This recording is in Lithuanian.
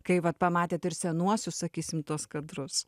kai vat pamatėt ir senuosius sakysim tuos kadrus